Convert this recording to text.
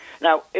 Now